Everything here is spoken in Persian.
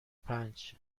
پنج